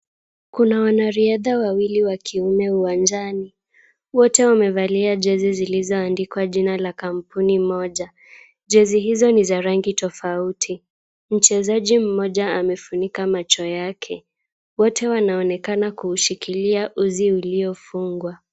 Kuna wanariadha wawili wa kiume uwanchani wote wamevalia jezi zilizoandikwa jina la kambuni moja ,jezi hizo ni za rangi tafauti mchezaji moja amefunika macho yake wote wanaonekana kushikilia uzi iliyofungwa.